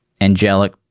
angelic